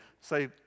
say